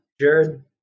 Jared